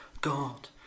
God